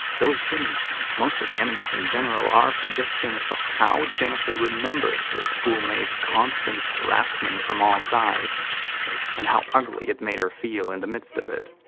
those imps and most of the enemies in general are projections of how jennifer remembers her schoolmate's constant harassment from all sides and how ugly it made her feel in the midst of it.